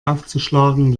aufzuschlagen